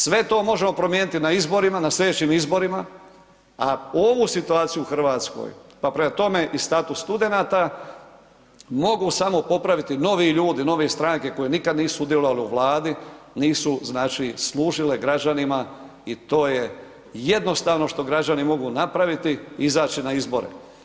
Sve to možemo promijeniti na izborima, na slijedećim izborima, a ovu situaciju u RH, pa prema tome i status studenata mogu samo popraviti novi ljudi, nove stranke koje nikad nisu sudjelovale u Vladi, nisu znači služile građanima i to je jednostavno što građani mogu napraviti, izaći na izbore.